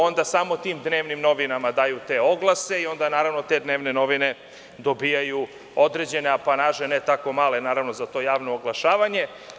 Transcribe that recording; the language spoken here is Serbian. Onda samo tim dnevnim novinama daju te oglase i onda naravno te dnevne novine dobijaju određene apanaže, ne tako male za to javno oglašavanje.